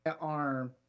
arm